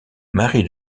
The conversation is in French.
marie